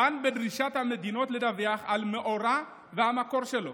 דן בדרישת המדינות לדווח על מאורע והמקור שלו,